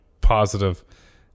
positive